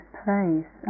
place